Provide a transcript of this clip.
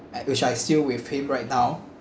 which I still with him right now